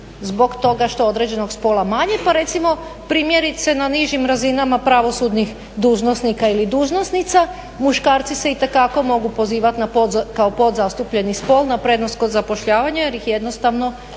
zbog toga što je određenog spola manje. Pa recimo primjerice na nižim razinama pravosudnih dužnosnika ili dužnosnika muškarci se itekako mogu pozivat kao podzastupljeni spol na prednost kod zapošljavanja jer ih jednostavno